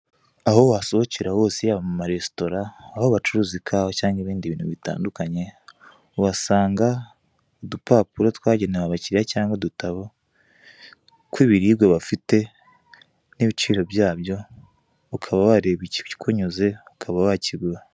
Aho wasohokera hose yaba mu maresitora aho bacuruza ikawa cyangwa ibindi bintu byinshi bitandukanye, uhasanga udupapuro twagenewe abakiriya cyangwa udutabo tw'ibiribwa bafite n'ibiciro byabyo ukaba wareba ikikunyuze ukaba wakigura.